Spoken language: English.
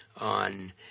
on